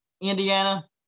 Indiana